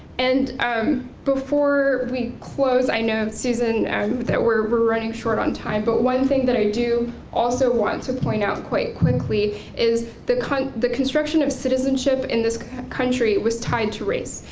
and um before we close, i know susan that we're we're running short on time, but one thing that i do also want to point out quite quickly is the kind of the construction of citizenship in this country was tied to race,